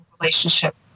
relationship